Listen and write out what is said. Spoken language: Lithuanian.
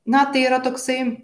na tai yra toksai